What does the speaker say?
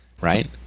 right